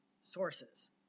sources